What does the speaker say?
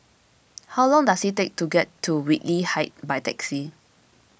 how long does it take to get to Whitley Heights by taxi